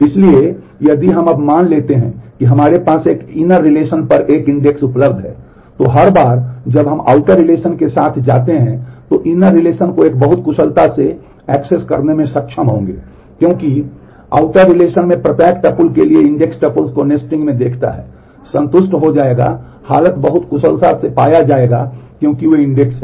इसलिए यदि हम अब मान लेते हैं कि हमारे पास इनर रिलेशन हैं